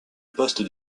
poste